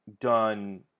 done